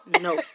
No